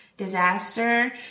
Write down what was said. Disaster